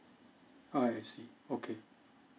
ah I see okay